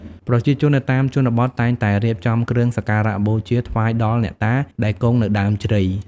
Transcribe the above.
ប្រជាជននៅតាមជនបទតែងតែរៀបចំគ្រឿងសក្ការៈបូជាថ្វាយដល់អ្នកតាដែលគង់នៅដើមជ្រៃ។